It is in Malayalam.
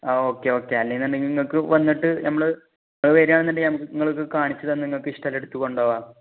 ആ ഓക്കെ ഓക്കെ അല്ല എന്നുണ്ടെങ്കിൽ നിങ്ങൾക്ക് വന്നിട്ട് നമ്മൾ ഇവിടെ വരികയാണെന്ന് ഉണ്ടെങ്കിൽ നമുക്ക് നിങ്ങൾക്ക് കാണിച്ച് താൻ നിങ്ങൾക്ക് ഇഷ്ടമുള്ളത് എടുത്ത് കൊണ്ടുപോകാം